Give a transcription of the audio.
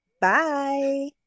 Bye